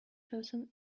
person